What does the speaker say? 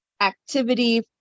activity